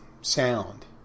sound